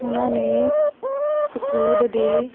ਉਨ੍ਹਾਂ ਨੇ ਸਕੂਲ ਦੇ